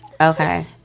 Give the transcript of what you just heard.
Okay